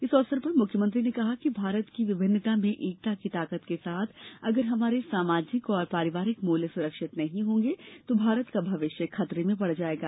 इस अवसर पर मुख्यमंत्री ने कहा कि भारत की विभिन्नता में एकता की ताकत के साथ अगर हमारे सामाजिक और पारिवारिक मूल्य सुरक्षित नहीं होंगे तो भारत का भविष्य खतरे में पड़ जाएगा